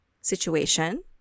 situation